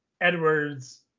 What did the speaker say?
Edwards